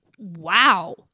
Wow